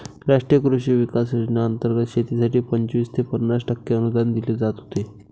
राष्ट्रीय कृषी विकास योजनेंतर्गत शेतीसाठी पंचवीस ते पन्नास टक्के अनुदान दिले जात होते